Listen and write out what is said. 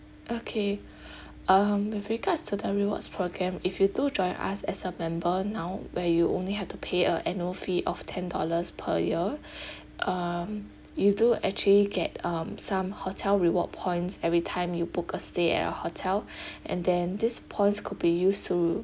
okay um with regards to the rewards program if you do join us as a member now where you only have to pay a annual fee of ten dollars per year um you do actually get um some hotel reward points every time you book a stay at our hotel and then these points could be used to